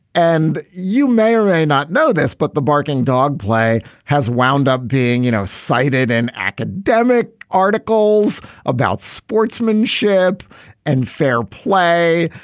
and you may or may not know this, but the barking dog play has wound up being you know cited in academic articles about sportsmanship and fair play.